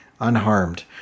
unharmed